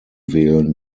wählen